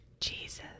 Jesus